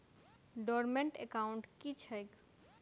Dormant account की छैक?